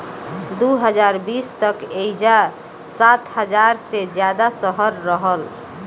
दू हज़ार बीस तक एइजा सात हज़ार से ज्यादा शहर रहल